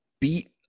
beat